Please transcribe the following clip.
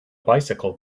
bicycle